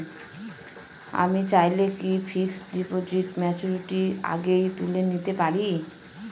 আমি চাইলে কি ফিক্সড ডিপোজিট ম্যাচুরিটির আগেই তুলে নিতে পারি?